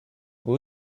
who